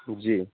جی